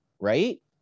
right